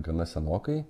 gana senokai